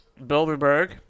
bilderberg